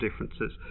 differences